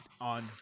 on